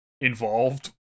involved